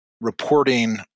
reporting